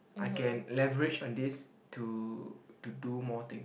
I can leverage on this to to do more things